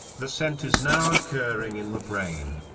the scent is now occurring in the brain.